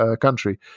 country